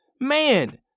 man